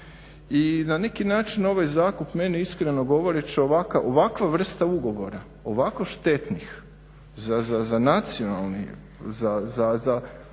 i na neki način ovaj zakup iskreno govoreći, ovakva vrsta ugovora, ovako štetnih za nacionalni,